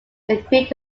agreed